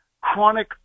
chronic